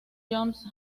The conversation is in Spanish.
johns